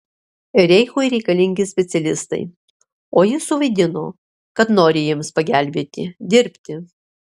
reichui reikalingi specialistai o jis suvaidino kad nori jiems pagelbėti dirbti